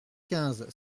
quinze